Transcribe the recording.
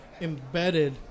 embedded